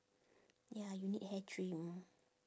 ya you need hair trim